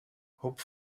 hope